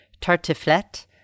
tartiflette